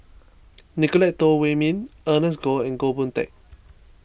Nicolette Teo Wei Min Ernest Goh and Goh Boon Teck